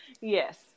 yes